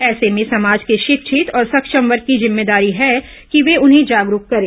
ऐसे में समाज के शिक्षित और सक्षम वर्ग की जिम्मेदारी है कि वे उन्हें जागरूक करें